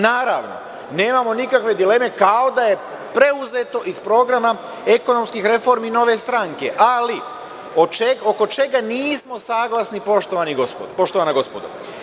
Naravno, nemamo nikakve dileme, kao da je preuzeto iz programa ekonomskih reformi Nove stranke, ali oko čega nismo saglasni, poštovana gospodo.